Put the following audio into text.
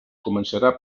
començarà